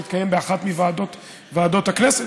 יתקיים באחת מוועדות הכנסת,